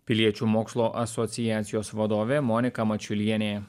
piliečių mokslo asociacijos vadovė monika mačiulienė